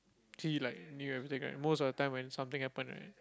actually like knew everything most of the time when something happen right